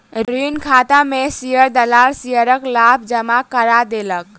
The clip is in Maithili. ऋण खाता में शेयर दलाल शेयरक लाभ जमा करा देलक